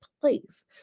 place